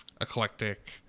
eclectic